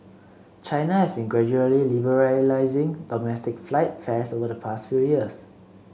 China has been gradually liberalising domestic flight fares over the past few years